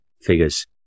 figures